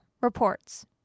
reports